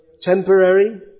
temporary